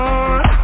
on